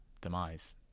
demise